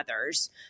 others